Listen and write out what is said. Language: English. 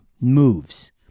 moves